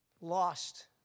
Lost